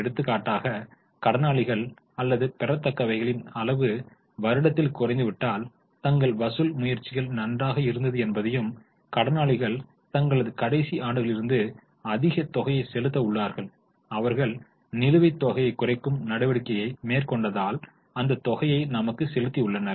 எடுத்துக்காட்டாக கடனாளிகள் அல்லது பெறத்தக்கவைகளின் அளவு வருடத்தில் குறைந்துவிட்டால் தங்கள் வசூல் முயற்சிகள் நன்றாக இருந்தது என்பதையும் கடனாளிகள் தங்களது கடைசி ஆண்டுகளிலிருந்து அதிக தொகையை செலுத்த உள்ளார்கள் அவர்கள் நிலுவைத் தொகையை குறைக்கும் நடவடிக்கையை மேற்கொண்டதால் அந்தத் தொகையை நமக்கு செலுத்தியுள்ளனர்